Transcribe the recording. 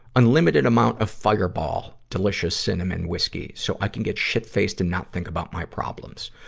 unlimited amount of fireball delicious cinnamon whiskey so i can get shitfaced and not think about my problems.